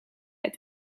het